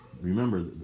remember